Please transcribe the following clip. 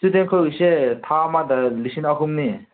student ꯈꯣꯏꯒꯤꯁꯦ ꯊꯥ ꯑꯃꯗ ꯂꯤꯁꯤꯡ ꯑꯍꯨꯝꯅꯦ